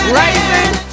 rising